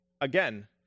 again